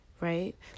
Right